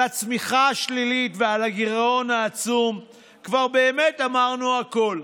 על הצמיחה השלילית ועל הגירעון העצום כבר באמת אמרנו הכול.